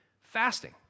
fasting